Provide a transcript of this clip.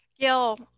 Gil